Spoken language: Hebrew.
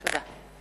תודה.